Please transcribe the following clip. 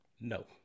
No